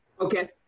Okay